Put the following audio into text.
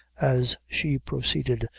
as she proceeded,